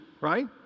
right